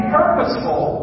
purposeful